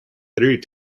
through